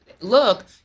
look